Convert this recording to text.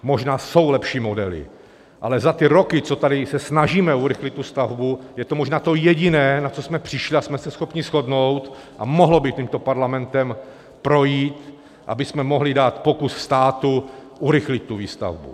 Možná jsou lepší modely, ale za ty roky, co se tady snažíme urychlit tu stavbu, je to možná to jediné, na co jsme přišli, a jsme schopni se shodnout a mohlo by tímto parlamentem projít, abychom mohli dát pokus státu urychlit tu výstavbu.